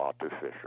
artificial